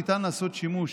ניתן לעשות שימוש